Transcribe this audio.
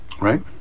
right